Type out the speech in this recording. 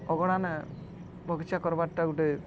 ଅଗଣାନେ ବଗିଚା କର୍ବାର୍ଟା ଗୁଟେ